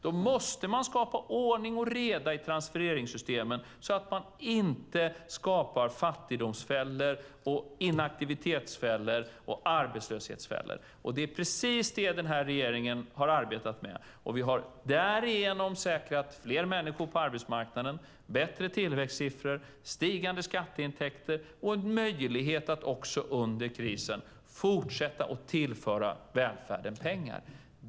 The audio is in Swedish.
Då måste man skapa ordning och reda i transfereringssystemen så att man inte skapar fattigdomsfällor, inaktivitetsfällor och arbetslöshetsfällor. Det är precis det den här regeringen har arbetat med, och vi har därigenom säkrat fler människor på arbetsmarknaden, bättre tillväxtsiffror, stigande skatteintäkter och möjlighet att också under krisen fortsätta att tillföra välfärden pengar.